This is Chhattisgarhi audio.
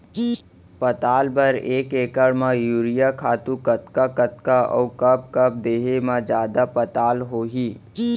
पताल बर एक एकड़ म यूरिया खातू कतका कतका अऊ कब कब देहे म जादा पताल होही?